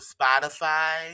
spotify